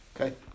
Okay